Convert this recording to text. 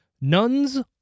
Nuns